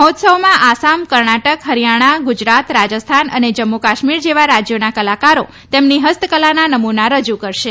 મહોત્સવમાં આસામ કર્ણાટક હરિથાણા ગુજરાત રાજસ્થાન અને જમ્મુ કાશ્મીર જેવા રાજ્યોના કલાકારો તેમની હસ્તકલાના નમૂના રજૂ કરશે